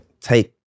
take